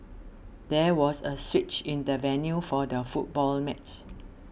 there was a switch in the venue for the football match